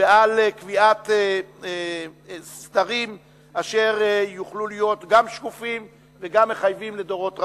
ועל קביעת סדרים אשר יוכלו להיות גם שקופים וגם מחייבים לדורות רבים.